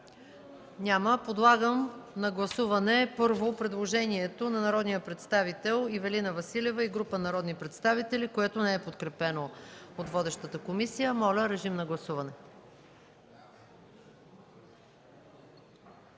Няма. Първо, подлагам на гласуване предложението на народния представител Ивелина Василева и група народни представители, което не е подкрепено от водещата комисия. Гласували